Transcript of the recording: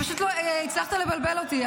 הצלחת לבלבל אותי,